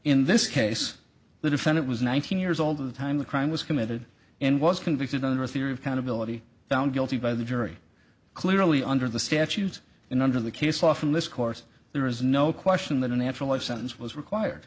in this case the defendant was nineteen years old at the time the crime was committed and was convicted under a theory of kind of realty found guilty by the jury clearly under the statutes and under the case law from this course there is no question that a natural life sentence was required